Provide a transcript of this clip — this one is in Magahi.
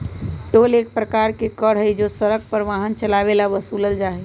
टोल एक प्रकार के कर हई जो हम सड़क पर वाहन चलावे ला वसूलल जाहई